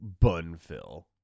Bunfill